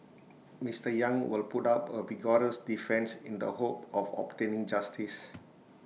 Mister yang will put up A vigorous defence in the hope of obtaining justice